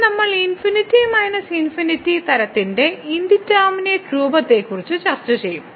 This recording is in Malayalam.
ഇപ്പോൾ നമ്മൾ ∞∞ തരത്തിന്റെ ഇൻഡിറ്റർമിനെറ്റ് രൂപത്തെക്കുറിച്ച് ചർച്ച ചെയ്യും